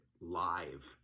live